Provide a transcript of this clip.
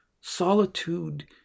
solitude